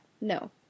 No